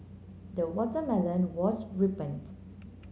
the watermelon was ripened